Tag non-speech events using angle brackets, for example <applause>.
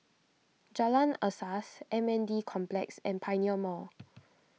Jalan Asas M N D Complex and Pioneer Mall <noise>